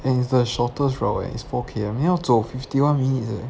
and is the shortest route eh is four K_M 你要走 fifty one minutes leh